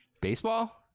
baseball